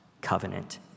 covenant